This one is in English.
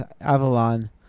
Avalon